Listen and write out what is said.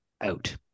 out